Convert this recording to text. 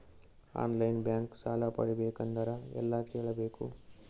On line bank ಸಾಲ ಪಡಿಬೇಕಂದರ ಎಲ್ಲ ಕೇಳಬೇಕು?